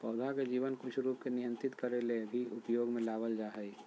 पौधा के जीवन कुछ रूप के नियंत्रित करे ले भी उपयोग में लाबल जा हइ